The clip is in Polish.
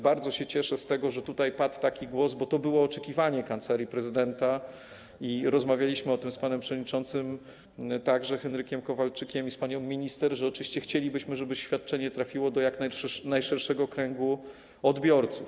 Bardzo się cieszę z tego, że tutaj padł taki głos, bo to było oczekiwanie Kancelarii Prezydenta i rozmawialiśmy o tym z panem przewodniczącym Henrykiem Kowalczykiem i z panią minister, że oczywiście chcielibyśmy, żeby świadczenie trafiło do jak najszerszego kręgu odbiorców.